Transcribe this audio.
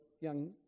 young